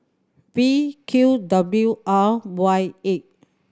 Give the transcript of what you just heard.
V Q W R Y eight